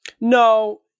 No